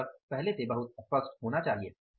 तो ये सब बहुत स्पष्ट होना चाहिए